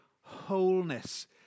wholeness